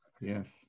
Yes